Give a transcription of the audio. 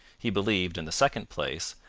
he believed, in the second place,